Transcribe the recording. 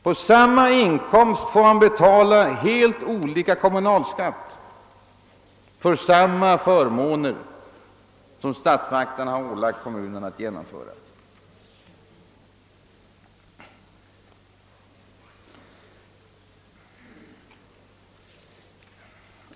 På samma inkomster får medborgarna betala helt olika kommunalskatt för att erhålla de förmåner som statsmakterna ålagt kommunerna att sörja för.